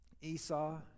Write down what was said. Esau